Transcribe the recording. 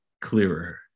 clearer